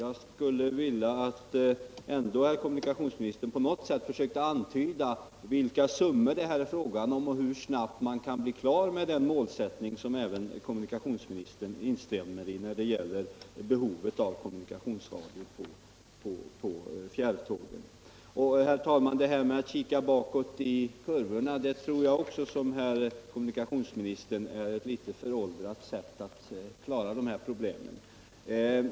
Jag skulle vilja att kommunikationsministern ändå på något sätt försökte antyda vilka summor det kan röra sig om och hur snabbt man kan nå målet när det gäller kommunikationsradio på fjärrtågen, ett krav som ju även kommunikationsministern instämmer i. Herr talman! Att lokföraren skall behöva titta bakåt i kurvorna anser jag i likhet med kommunikationsministern vara ett föråldrat sätt att försöka lösa de här problemen på.